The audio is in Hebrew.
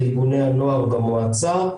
בארגוני הנוער במועצה,